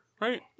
right